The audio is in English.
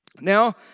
Now